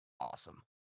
awesome